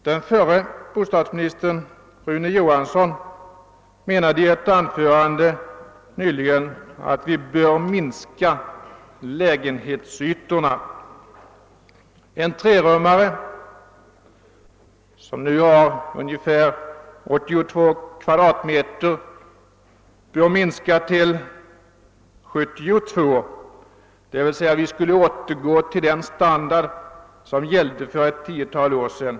Den förre bostadsministern Rune Johansson anser att lägenhetsytorna bör minskas. En trerummare som numera vanligen omfattar ungefär 82 m? bör minskas till 72 m?, dvs. man skulle återgå till den standard som gällde för ett tiotal år sedan.